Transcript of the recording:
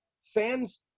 fans